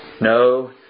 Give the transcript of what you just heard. No